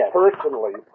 personally